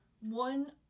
One